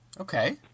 okay